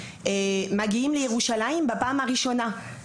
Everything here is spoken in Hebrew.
מגיעים לירושלים בפעם הראשונה במהלך השירות הצבאי.